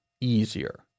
easier